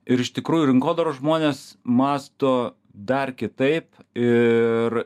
ir iš tikrųjų rinkodaros žmonės mąsto dar kitaip ir